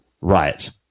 riots